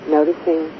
Noticing